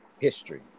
history